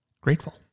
grateful